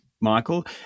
Michael